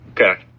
okay